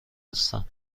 هستم